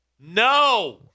No